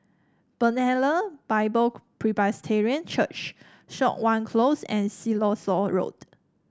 Bethlehem Bible Presbyterian Church Siok Wan Close and Siloso Road